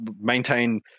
maintain